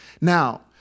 Now